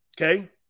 okay